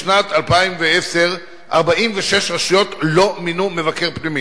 1. בשנת 2010, 46 רשויות לא מינו מבקר פנימי.